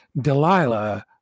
Delilah